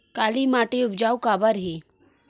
काला माटी उपजाऊ काबर हे?